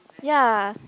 ya